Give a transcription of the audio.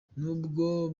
nubwo